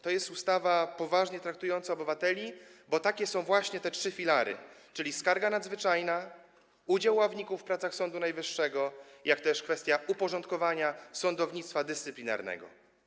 To jest ustawa poważnie traktująca obywateli, bo takie są właśnie te trzy filary, czyli skarga nadzwyczajna, udział ławników w pracach Sądu Najwyższego, jak też kwestia uporządkowania sądownictwa dyscyplinarnego.